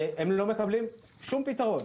לא מקבלים שום פתרון.